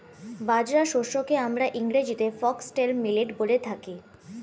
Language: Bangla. বাজরা শস্যকে আমরা ইংরেজিতে ফক্সটেল মিলেট বলে থাকি